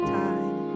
time